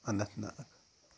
Anant Nag